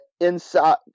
inside